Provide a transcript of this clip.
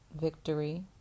victory